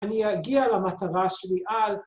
‫אני אגיע למטרה שלי על...